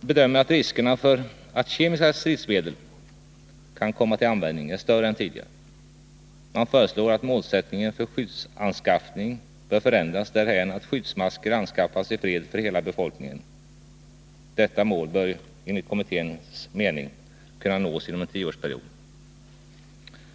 bedömer att riskerna för att kemiska stridsmedel kan komma till användning är större än tidigare. Man föreslår att målsättningen för skyddsanskaffning bör förändras därhän att skyddsmasker anskaffas i fred för hela befolkningen. Detta mål bör enligt kommitténs mening kunna nås inom en tioårsperiod.